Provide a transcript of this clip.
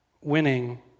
winning